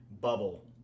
bubble